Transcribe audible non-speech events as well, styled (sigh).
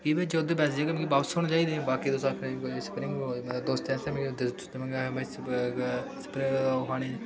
मिगी वापिस होने चाही दे बाकि तुस आक्खे दे स्प्रिंग रोल (unintelligible)